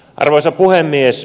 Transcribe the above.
arvoisa puhemies